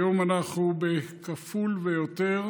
היום אנחנו כפול ויותר,